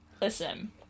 Listen